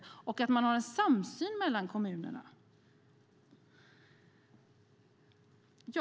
Det är också viktigt att man har en samsyn mellan kommunerna.